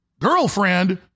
girlfriend